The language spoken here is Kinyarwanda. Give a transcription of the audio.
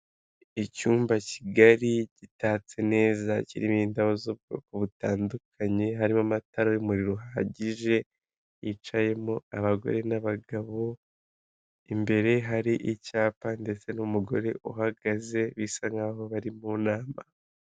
Icyumba kigali gitatse neza kirimo indabo z'ubwoko butandukanye harimo amatara y'umuriro uhagije yicayemo abagore n'abagabo, imbere hari icyapa ndetse n'umugore uhagaze bisa nkaho bari mu nama.